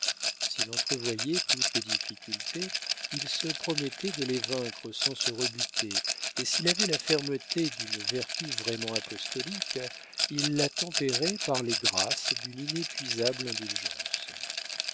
s'il entrevoyait toutes les difficultés il se promettait de les vaincre sans se rebuter et s'il avait la fermeté d'une vertu vraiment apostolique il la tempérait par les grâces d'une inépuisable indulgence